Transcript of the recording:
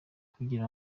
kugira